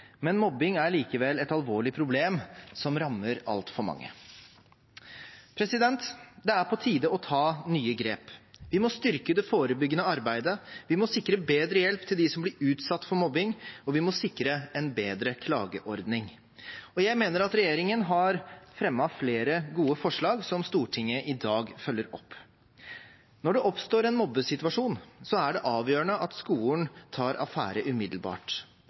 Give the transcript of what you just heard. men mobbing er likevel et alvorlig problem som rammer altfor mange. Det er på tide å ta nye grep. Vi må styrke det forebyggende arbeidet, vi må sikre bedre hjelp til dem som blir utsatt for mobbing, og vi må sikre en bedre klageordning. Jeg mener regjeringen har fremmet flere gode forslag som Stortinget i dag følger opp. Når det oppstår en mobbesituasjon, er det avgjørende at skolen tar affære umiddelbart.